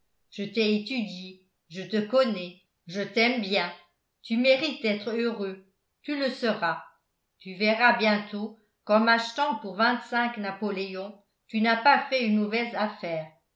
je t'ai étudié je te connais je t'aime bien tu mérites d'être heureux tu le seras tu verras bientôt qu'en m'achetant pour vingt-cinq napoléons tu n'as pas fait une mauvaise affaire